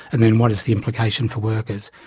and then what is the implication for workers?